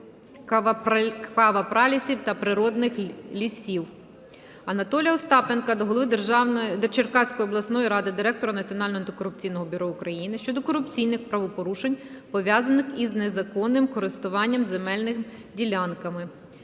квазіпралісів та природних лісів. Анатолія Остапенка до голови Черкаської обласної ради, Директора Національного антикорупційного бюро України щодо корупційних правопорушень, пов'язаних із незаконним користуванням земельними ділянками.